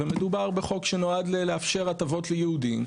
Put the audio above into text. ומיועד בחוק שנועד לאפשר הטבות ליהודים.